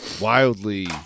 wildly